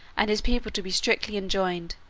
and his people to be strictly enjoined,